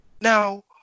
Now